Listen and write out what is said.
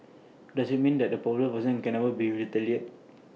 does IT mean that A popular person can would be retaliate